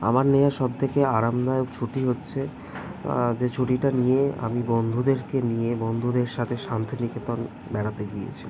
আমার নেওয়া সবথেকে আরামদায়ক ছুটি হচ্ছে যে ছুটিটা নিয়ে আমি বন্ধুদেরকে নিয়ে বন্ধুদের সাথে শান্তিনিকেতন বেড়াতে গিয়েছি